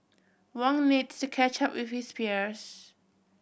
Wong needs to catch up with his peers